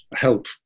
help